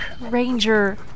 ranger